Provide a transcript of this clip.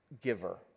giver